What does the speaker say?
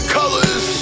colors